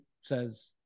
says